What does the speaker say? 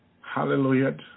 Hallelujah